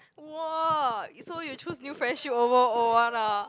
!whoa! you so you choose new friendship over old one lah